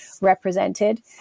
represented